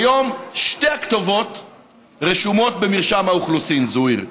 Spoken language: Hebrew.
כיום שתי הכתובות רשומות במרשם האוכלוסין, זוהיר,